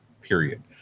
period